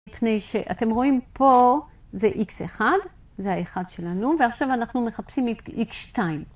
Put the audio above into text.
מפני שאתם רואים פה זה x1, זה ה-1 שלנו, ועכשיו אנחנו מחפשים x2.